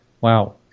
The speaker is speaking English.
Wow